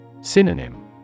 Synonym